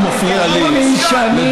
למה הוא מפריע לי לדבר?